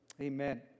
Amen